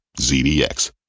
ZDX